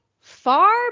far